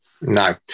no